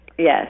Yes